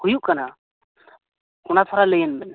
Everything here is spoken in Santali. ᱦᱩᱭᱩᱜ ᱠᱟᱱᱟ ᱚᱱᱟ ᱛᱷᱚᱲᱟ ᱞᱟᱹᱭ ᱟᱹᱧ ᱵᱮᱱ